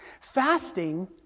Fasting